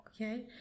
okay